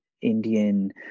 Indian